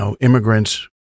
immigrants